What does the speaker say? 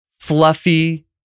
fluffy